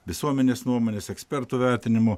visuomenės nuomonės ekspertų vertinimu